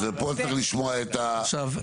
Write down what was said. פה צריך לשמוע את הצדדים.